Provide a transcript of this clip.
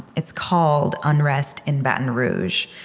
it's called unrest in baton rouge.